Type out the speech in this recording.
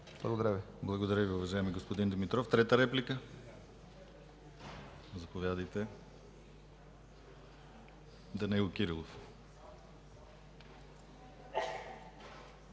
Благодаря Ви, уважаеми господин Димитров. Трета реплика? Заповядайте, господин Кирилов.